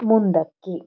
ಮುಂದಕ್ಕೆ